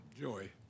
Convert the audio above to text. Joy